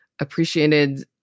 appreciated